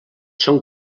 són